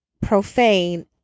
profane